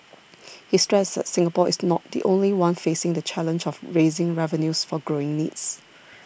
he stressed that Singapore is not the only one facing the challenge of raising revenues for growing needs